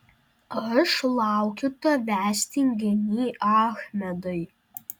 aš laukiu tavęs tinginy achmedai